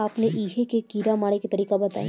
अपने एहिहा के कीड़ा मारे के तरीका बताई?